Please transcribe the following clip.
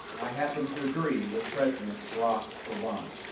i happen to agree with president barack obama.